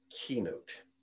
keynote